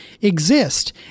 exist